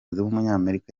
w’umunyamerika